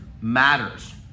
matters